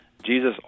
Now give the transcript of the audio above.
Jesus